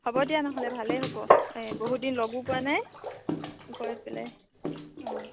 হ'ব দিয়া নহ'লে ভালেই হ'ব বহুত দিন লগো পোৱা নাই গৈ পেলাই অ'